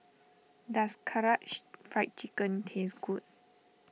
does Karaage Fried Chicken taste good